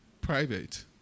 private